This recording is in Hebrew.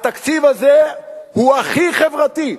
התקציב הזה הוא הכי חברתי.